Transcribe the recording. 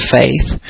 faith